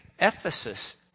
Ephesus